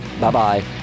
Bye-bye